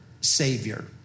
savior